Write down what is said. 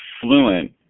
fluent